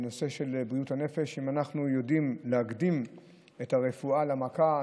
אם אנחנו יודעים להקדים את הרפואה למכה,